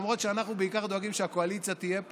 למרות שאנחנו בעיקר דואגים שהקואליציה תהיה פה.